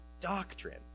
doctrine